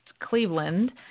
Cleveland